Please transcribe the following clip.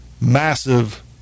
massive